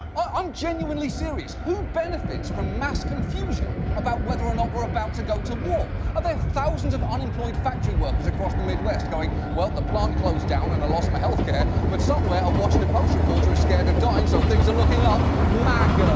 i'm genuinely serious. who benefits from mass confusion about whether or not we're about to go to war? are there thousands of unemployed factory workers across the midwest going, well the plant closed down and i lost my healthcare. but somewhere, a washington post reporter is scared of dying, so things are looking up. mega!